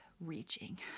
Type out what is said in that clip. reaching